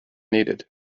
needed